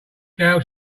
gal